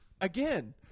Again